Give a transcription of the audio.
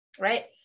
right